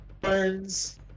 burns